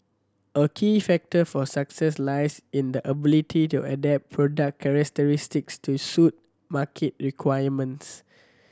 a key factor for success lies in the ability to adapt product characteristics to suit market requirements